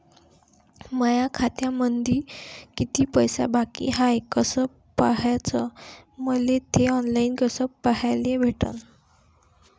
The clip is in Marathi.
माया खात्यामंधी किती पैसा बाकी हाय कस पाह्याच, मले थे ऑनलाईन कस पाह्याले भेटन?